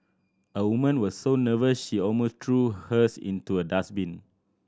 a woman was so nervous she almost threw hers into a dustbin